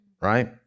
right